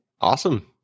Awesome